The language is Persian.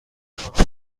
خواهم